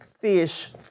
fish